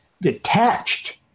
detached